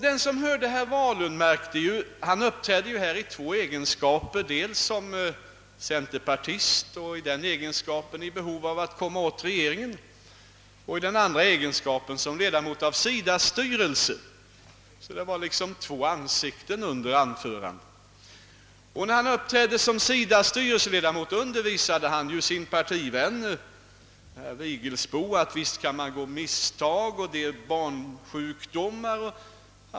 Den som hörde herr Wahlund märkte att han uppträdde i två roller: dels som centerpartist och i denna egenskap i behov att komma åt regeringen, dels som ledamot av SIDA:s styrelse. Han visade så att säga två ansikten under sitt anförande. När han uppträdde som SIDA:s styrelseledamot undervisade han sin partivän herr Vigelsbo om att man visst kan begå misstag och om att det förekommer barnsjukdomar.